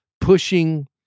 pushing